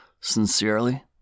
Sincerely